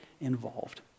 involved